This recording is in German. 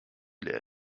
leer